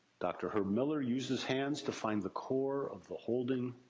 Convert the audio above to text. dr. herb miller used his hands to find the core of the holding.